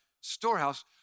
storehouse